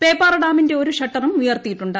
പേപ്പാറ ഡാമിന്റെ ഒരു ഷട്ടറും ഉയർത്തിയിട്ടുണ്ട്